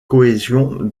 cohésion